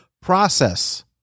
process